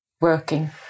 working